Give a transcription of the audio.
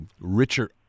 richer